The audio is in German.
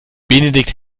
benedikt